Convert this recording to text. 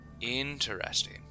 Interesting